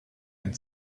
and